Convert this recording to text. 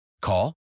Call